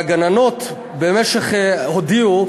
והגננות הודיעו: